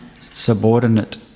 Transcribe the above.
subordinate